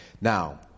now